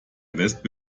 wespe